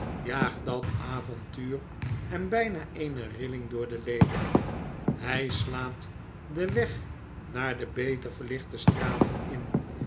jaagt dat avontuur hem byna eene rilling door de leden hy slaat den weg naar de beter verlichte straten in